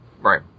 Right